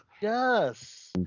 yes